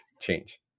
change